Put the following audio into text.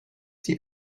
die